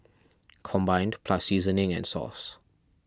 combined plus seasoning and sauce